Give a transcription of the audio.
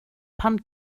pan